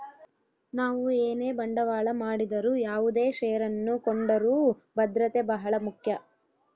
ನಾವು ಏನೇ ಬಂಡವಾಳ ಮಾಡಿದರು ಯಾವುದೇ ಷೇರನ್ನು ಕೊಂಡರೂ ಭದ್ರತೆ ಬಹಳ ಮುಖ್ಯ